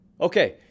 Okay